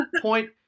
point